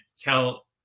tell